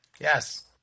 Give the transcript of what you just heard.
yes